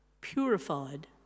purified